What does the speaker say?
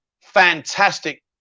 fantastic